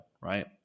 right